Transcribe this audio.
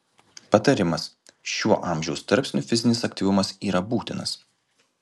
patarimas šiuo amžiaus tarpsniu fizinis aktyvumas yra būtinas